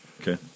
Okay